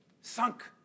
sunk